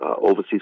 overseas